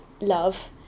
love